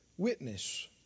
Witness